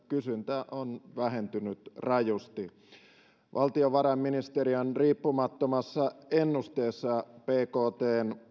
kysyntä on vähentynyt rajusti valtiovarainministeriön riippumattomassa ennusteessa bktn